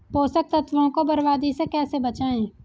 पोषक तत्वों को बर्बादी से कैसे बचाएं?